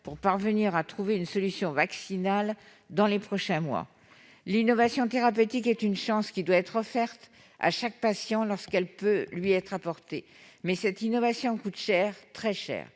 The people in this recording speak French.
pour parvenir à trouver une solution vaccinale dans les prochains mois. L'innovation thérapeutique est une chance qui doit être offerte à chaque patient lorsqu'elle peut lui être apportée, mais cette innovation coûte cher, très cher,